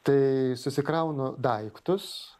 tai susikraunu daiktus